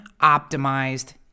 optimized